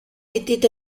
était